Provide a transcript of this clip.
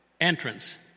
entrance